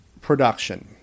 production